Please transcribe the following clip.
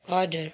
हजुर